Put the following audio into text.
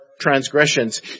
transgressions